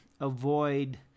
avoid